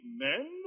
men